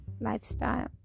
lifestyle